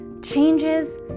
changes